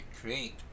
create